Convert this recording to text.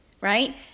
Right